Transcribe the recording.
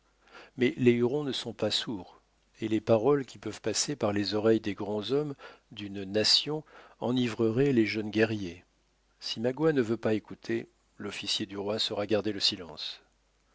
mais les hurons ne sont pas sourds et les paroles qui peuvent passer par les oreilles des grands hommes d'une nation enivreraient les jeunes guerriers si magua ne veut pas écouter l'officier du roi saura garder le silence